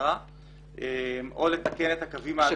שבשגרה או לתקן את הקווים האדומים.